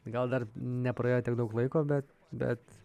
gal dar nepraėjo tiek daug laiko bet bet